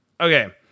okay